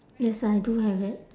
yes I do have it